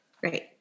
Great